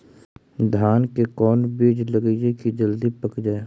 धान के कोन बिज लगईयै कि जल्दी पक जाए?